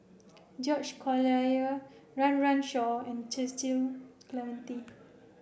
George Collyer Run Run Shaw and Cecil Clementi